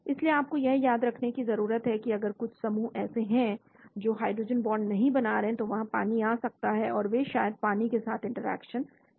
इसलिए आपको यह याद रखने की जरूरत है कि अगर कुछ समूह ऐसे हैं जो हाइड्रोजन बॉन्ड नहीं बना रहे हैं तो वहां पानी आ सकता है और वे शायद पानी के साथ इंटरेक्ट कर रहे हो